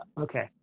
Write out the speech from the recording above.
Okay